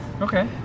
Okay